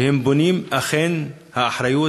שהאחריות